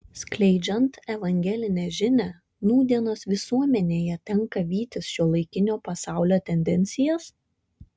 skleidžiant evangelinę žinią nūdienos visuomenėje tenka vytis šiuolaikinio pasaulio tendencijas